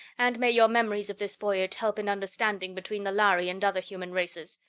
and may your memories of this voyage help in understanding between the lhari and other human races.